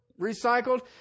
recycled